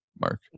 Mark